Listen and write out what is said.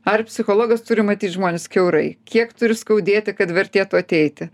ar psichologas turi matyt žmones kiaurai kiek turi skaudėti kad vertėtų ateiti